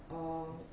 orh